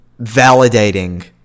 validating